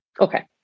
okay